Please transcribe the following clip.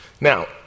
Now